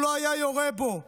הוא לא היה יורה בו.